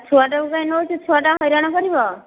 ଛୁଆଟାକୁ କାଇଁ ନେଉଛୁ ଛୁଆଟା ହଇରାଣ କରିବ